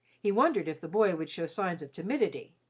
he wondered if the boy would show signs of timidity.